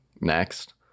Next